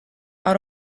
out